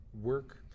work